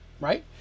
right